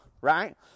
right